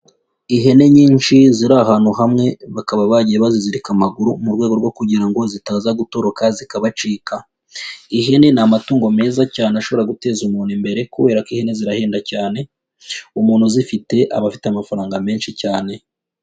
Ihene nyinshi ziri ahantu hamwe, bakaba bagiye bazizirika amaguru mu rwego rwo kugira ngo zitaza gutoroka zikabacika. Ihene ni amatungo meza cyane ashobora guteza umuntu imbere kubera ko ihene zirahenda cyane, umuntu uzifite aba afite amafaranga menshi cyane.